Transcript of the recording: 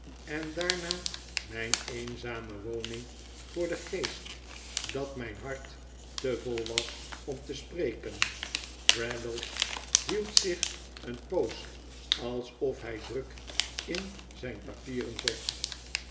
en daarna mijn eenzame woning voor den geest dat mijn hart te vol was om te spreken traddles hield zich een poos alsof hij druk in zijn papieren zocht